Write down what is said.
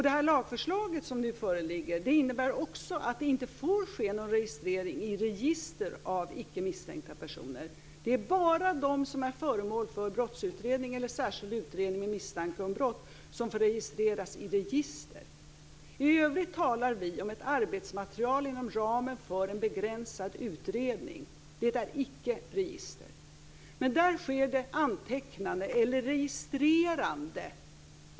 Det här lagförslaget innebär också att det inte får ske någon registrering i register av icke misstänkta personer. Det är bara de som är föremål för brottsutredning eller särskild utredning med misstanke om brott som får registreras i register. I övrigt talar vi om ett arbetsmaterial inom ramen för en begränsad utredning. Det är icke register, men där sker det antecknande eller "registrerande".